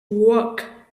work